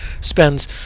spends